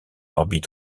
orbite